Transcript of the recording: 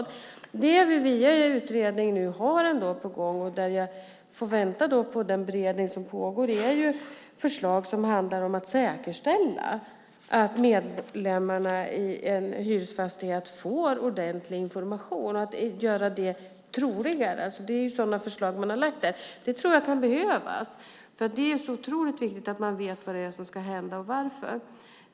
Det är det vi via utredning nu har på gång. Jag får vänta på den beredning som pågår. Det är förslag som handlar om att säkerställa att medlemmarna i en hyresfastighet får ordentlig information och göra det troligare. Det är sådana förslag som man har lagt fram. Det tror jag kan behövas. Det är ju så otroligt viktigt att man vet vad som ska hända och varför.